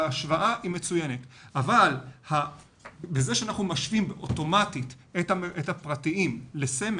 ההשוואה היא מצוינת אבל זה שאנחנו משווים אוטומטית את הפרטיים לסמל,